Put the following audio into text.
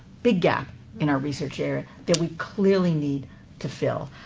big gap in our research area that we clearly need to fill.